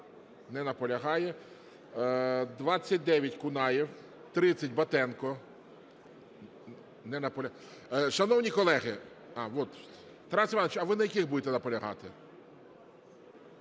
Не наполягає. 29, Кунаєв. 30, Батенко. Не наполягає. Шановні колеги, Тарас Іванович, а ви на яких будете наполягати?